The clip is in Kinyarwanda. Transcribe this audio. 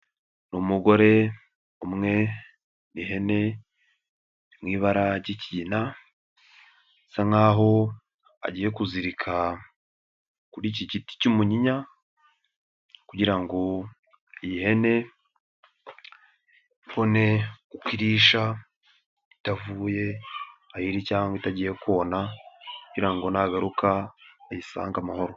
Umugore umwe n'ihene iri mu ibara ry'ikigina, bisa nk'aho agiye kuzirika kuri giti cy'umunyinya kugira ngo ihene ibone uko irisha itavuye aho iri cyangwa itagiye kona kugira ngo nagaruka ayisange amahoro.